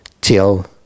Till